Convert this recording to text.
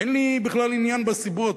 אין לי בכלל עניין בסיבות,